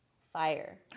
Fire